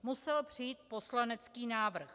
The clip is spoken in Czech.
Musel přijít poslanecký návrh.